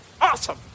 awesome